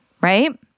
right